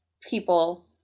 people